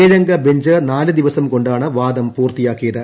ഏഴംഗ ബഞ്ച് നാല് ദിവസം കൊണ്ടാണ് വാദം പൂർത്തിയാക്കിയത്